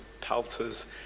pelters